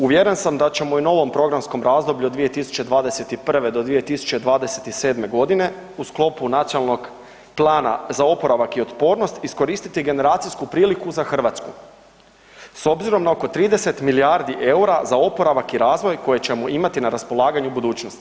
Uvjeren sam da ćemo u novom programskom razdoblju od 2021. do 2027. g. u sklopu Nacionalnog plana za oporavak i otpornost iskoristiti generacijsku priliku za Hrvatsku s obzirom na oko 30 milijardi eura za oporavak i razvoj koji ćemo imati na raspolaganju u budućnosti.